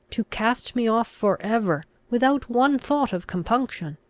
to cast me off for ever, without one thought of compunction!